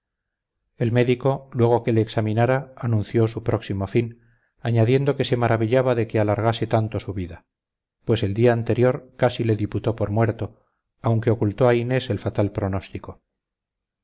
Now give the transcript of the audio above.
el médico luego que le examinara anunció su próximo fin añadiendo que se maravillaba de que alargase tanto su vida pues el día anterior casi le diputó por muerto aunque ocultó a inés el fatal pronóstico